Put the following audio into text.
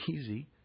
easy